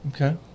Okay